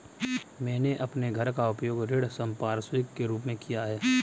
मैंने अपने घर का उपयोग ऋण संपार्श्विक के रूप में किया है